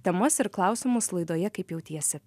temas ir klausimus laidoje kaip jautiesi